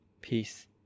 peace